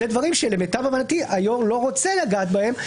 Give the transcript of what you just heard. אלא דברים שלמיטב הבנתי היו"ר לא רוצה לגעת בהם.